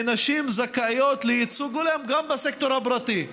שנשים זכאיות לייצוג הולם גם בסקטור הפרטי.